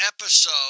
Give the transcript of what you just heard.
episode